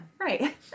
right